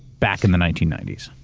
back in the nineteen ninety s?